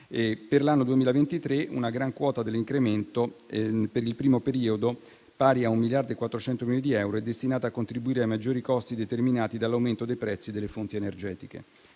Per l'anno 2023, una gran quota dell'incremento per il primo periodo, pari a 1,4 miliardi di euro, è destinata a contribuire ai maggiori costi determinati dall'aumento dei prezzi delle fonti energetiche.